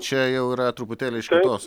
čia jau yra truputėlį iš kitos